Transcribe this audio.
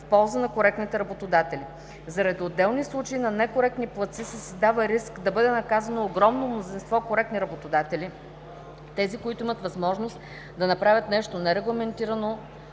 в полза на коректните работодатели. Заради отделни случаи на некоректни платци се създава риск да бъде наказано огромното мнозинство коректни български работодатели. Тези, които имат възможността да направят нещо нерегламентирано,